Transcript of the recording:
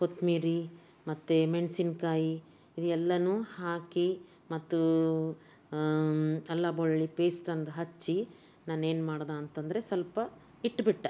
ಕೊತ್ತಂಬ್ರಿ ಮತ್ತು ಮೆಣಸಿನ್ಕಾಯಿ ಇವೆಲ್ಲವೂ ಹಾಕಿ ಮತ್ತು ಅಲ್ಲ ಬೆಳ್ಳುಳ್ಳಿ ಪೇಸ್ಟೊಂದು ಹಚ್ಚಿ ನಾನೇನು ಮಾಡ್ದೆ ಅಂತ ಅಂದ್ರೆ ಸ್ವಲ್ಪ ಇಟ್ಬಿಟ್ಟು